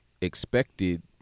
expected